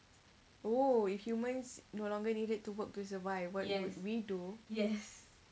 oh if humans no longer needed to work to survive what would we do